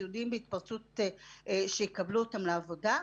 הסיעודיים בהתפרצות שיקבלו אותם לעבודה.